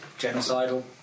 genocidal